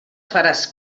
faràs